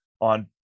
on